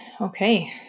okay